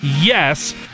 yes